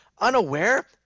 Unaware